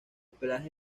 pelaje